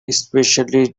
especially